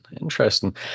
Interesting